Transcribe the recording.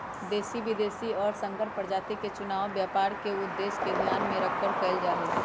देशी, विदेशी और संकर प्रजाति के चुनाव व्यापार के उद्देश्य के ध्यान में रखकर कइल जाहई